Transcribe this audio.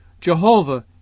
Jehovah